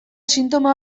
sintoma